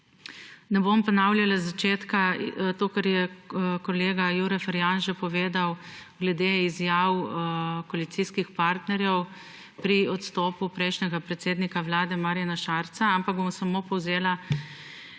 Ne bom ponavljala začetka, to kar je kolega Jure Ferjan že povedal glede izjav koalicijskih partnerjev pri odstopu prejšnjega predsednika vlade Marjana Šarca, ampak bom samo povzela,